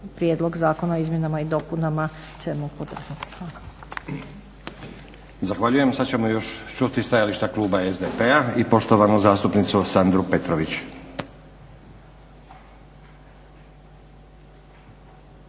prijedlog zakona o izmjenama i dopunama Zakona